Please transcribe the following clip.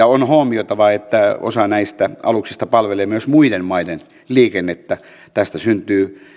on huomioitava että osa näistä aluksista palvelee myös muiden maiden liikennettä tästä syntyy